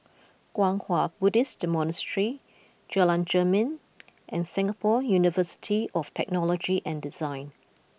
Kwang Hua Buddhist Monastery Jalan Jermin and Singapore University of Technology and Design